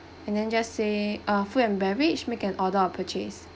and then just say uh food and beverage make an order or purchase